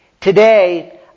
Today